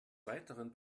weiteren